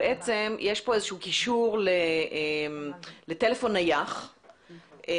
בעצם יש פה איזשהו קישור לטלפון נייח וגם